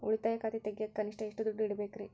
ಉಳಿತಾಯ ಖಾತೆ ತೆಗಿಯಾಕ ಕನಿಷ್ಟ ಎಷ್ಟು ದುಡ್ಡು ಇಡಬೇಕ್ರಿ?